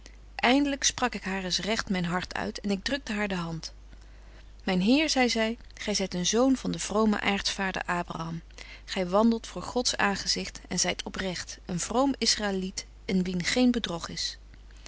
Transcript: eindlyk sprak ik eens recht myn hart uit en ik drukte haar de hand myn heer zei ze gy zyt een zoon van den vromen aardsbetje wolff en aagje deken historie van mejuffrouw sara burgerhart vader abraham gy wandelt voor gods aangezichte en zyt oprecht een vroom israëliet in wien geen bedrog is